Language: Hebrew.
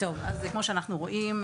כמו שאנחנו רואים,